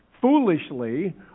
foolishly